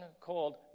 called